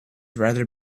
rather